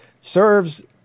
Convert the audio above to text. serves